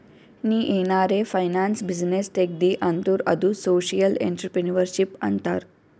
ನೀ ಏನಾರೆ finance business ತೆಗ್ದಿ ಅಂದುರ್ ಅದು ಸೋಶಿಯಲ್ ಇಂಟ್ರಪ್ರಿನರ್ಶಿಪ್ ಅಂತಾರ್